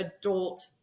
adult